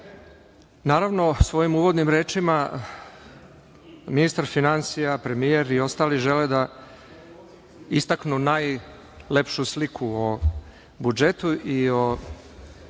Naravno, svojim uvodnim rečima ministar finansija, premijer i ostali žele da istaknu najlepšu sliku o budžetu i o